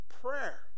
Prayer